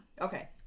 okay